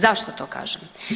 Zašto to kažem?